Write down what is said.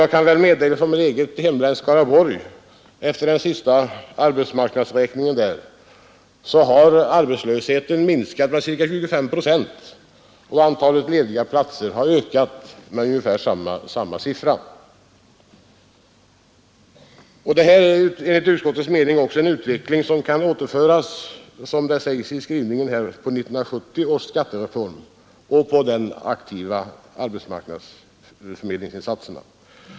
Jag kan i sammanhanget meddela att efter den senaste arbetsmarknadsräkningen i mitt hemlän, Skaraborgs län, har arbetslösheten där minskat med ca 25 procent och antalet lediga platser ökat med ungefär samma procenttal. Enligt utskottets mening kan denna förbättring återföras på 1970 års skattereform och på aktiva arbetsförmedlingsinstanser.